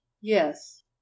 yes